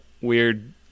weird